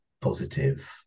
positive